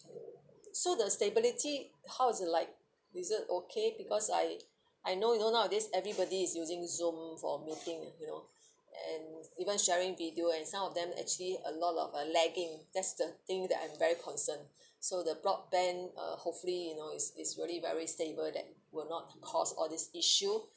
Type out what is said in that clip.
so the stability how is like is it okay because I I know you know nowadays everybody is using zoom for meeting you know and even sharing video and some of them actually a lot of uh lagging that's the thing that I'm very concerned so the broadband uh hopefully you know it's it's really very stable that will not cause all this issue